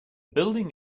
building